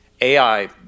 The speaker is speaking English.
AI